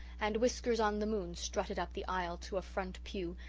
and whiskers-on-the-moon strutted up the aisle to a front pew,